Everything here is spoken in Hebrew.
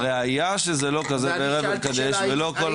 הראיה שזה לא כזה ראה וקדש ולא --- ואני שאלתי שאלה,